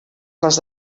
les